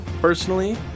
personally